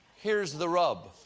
here's the rub